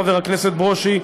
חבר הכנסת ברושי,